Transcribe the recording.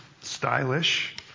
stylish